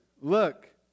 look